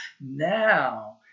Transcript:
now